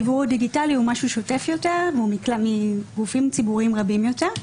דיוור דיגיטלי הוא משהו שוטף יותר והוא מגופים ציבוריים רבים יותר.